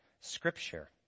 scripture